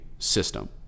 system